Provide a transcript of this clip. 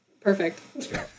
Perfect